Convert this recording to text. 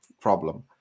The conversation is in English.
problem